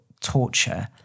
torture